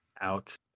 Out